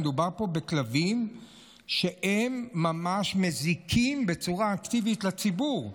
אבל מדובר פה בכלבים שממש מזיקים בצורה אקטיבית לציבור.